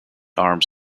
arms